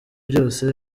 byose